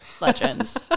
legends